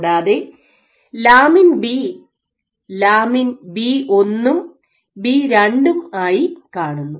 കൂടാതെ lamin B lamin B 1 ഉം B 2 ഉംആയി കാണുന്നു